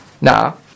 Now